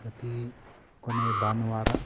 ಪ್ರತಿ ಕೊನೆಯ ಭಾನುವಾರ